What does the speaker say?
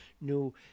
new